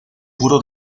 puro